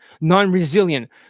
non-resilient